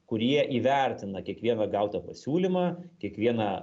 kurie įvertina kiekvieną gautą pasiūlymą kiekvieną